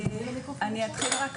אני אתחיל רק